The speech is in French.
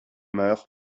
meur